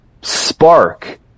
spark